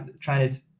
China's